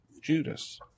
Judas